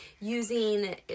using